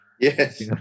Yes